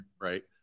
right